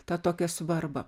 tą tokią svarbą